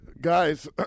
guys